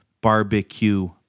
barbecue